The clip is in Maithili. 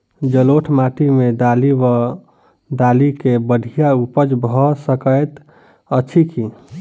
जलोढ़ माटि मे दालि वा दालि केँ बढ़िया उपज भऽ सकैत अछि की?